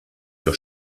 sur